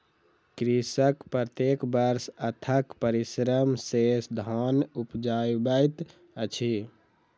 कृषक प्रत्येक वर्ष अथक परिश्रम सॅ धान उपजाबैत अछि